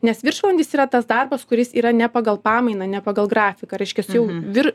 nes viršvalandis yra tas darbas kuris yra ne pagal pamainą ne pagal grafiką reiškiasi jau vir